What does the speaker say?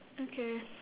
okay